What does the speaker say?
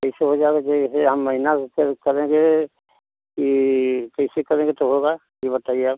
कैसे हो जाएगा जैसे हम महीना कर करेंगे कि कैसे करेंगे तो होगा यह बताइए आप